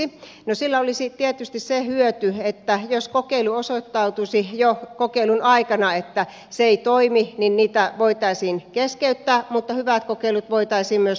no niistä olisi tietysti se hyöty että jos osoittautuisi jo kokeilun aikana että se ei toimi niin se voitaisiin keskeyttää mutta hyvät kokeilut voitaisiin myös laittaa käytäntöön